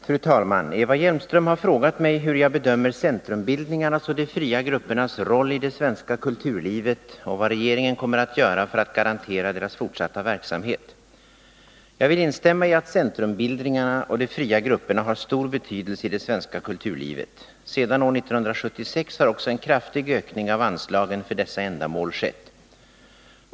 Fru talman! Eva Hjelmström har frågat mig hur jag bedömer centrumbildningarnas och de fria gruppernas roll i det svenska kulturlivet och vad regeringen kommer att göra för att garantera deras fortsatta verksamhet. Jag vill instämma i att centrumbildningarna och de fria grupperna har stor betydelse i det svenska kulturlivet. Sedan år 1976 har också en kraftig ökning av anslagen för dessa ändamål skett.